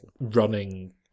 running